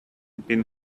been